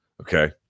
Okay